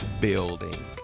building